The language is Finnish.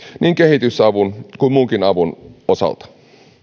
niin kehitysavun kuin muunkin avun osalta